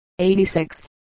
86